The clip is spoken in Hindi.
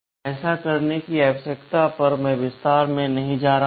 ऐसा करने की आवश्यकता पर मैं विस्तार में नहीं जा रहा हूं